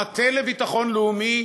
המטה לביטחון לאומי,